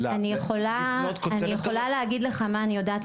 אני יכולה להגיד לך מה אני יודעת.